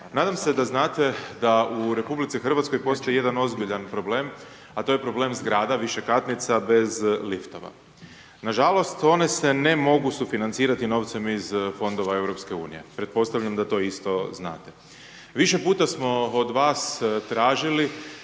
Nadam se da znate da u RH postoji jedan ozbiljan problem, a to je problem zgrada, višekatnica, bez liftova. Nažalost, one se ne mogu sufinancirati novcem iz Fondova EU, pretpostavljam da to isto znate. Više puta smo od vas tražili